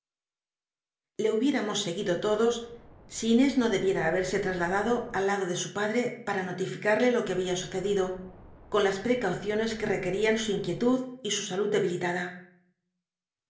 le hubiéramos seguido todos si inés no debiera biblioteca nacional de españa da vid copperfield haberse trasladado al lado de su padl'e para notilicarie lo que habia suced ido con las precaucioues jll requcr ian su inquietud y su salud debilitada